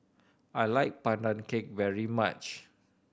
I like Pandan Cake very much